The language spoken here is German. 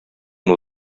nur